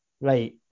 Right